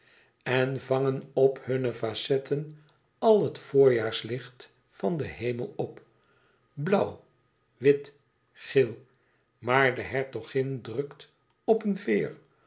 en vangen op hunne facetten al het voorjaarslicht van den hemel op blauw wit geel maar de hertogin drukt op een veer